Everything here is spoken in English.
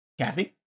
Kathy